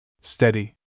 Steady